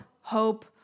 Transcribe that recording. Hope